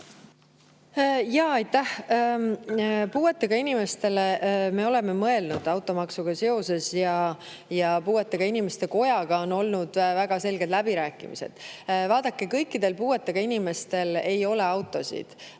Jaa, aitäh! Puuetega inimestele oleme me automaksuga seoses mõelnud ja [Eesti] Puuetega Inimeste Kojaga on olnud väga selged läbirääkimised. Vaadake, kõikidel puuetega inimestel ei ole autosid,